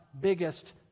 biggest